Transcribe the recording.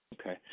okay